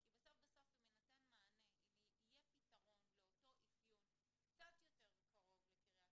כי בסוף אם יהיה פתרון לאותו אפיון קצת יותר קרוב לקריית